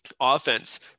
Offense